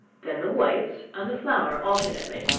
then the whites and the flour alternately,